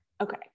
okay